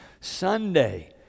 Sunday